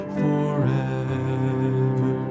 forever